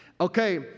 Okay